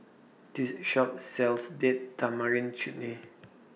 This Shop sells Date Tamarind Chutney